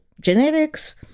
genetics